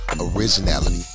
originality